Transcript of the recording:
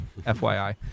FYI